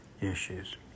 issues